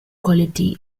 quality